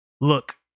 Look